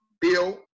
Bill